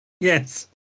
Yes